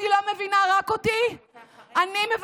אני לא מבינה, רק אותי?